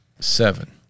Seven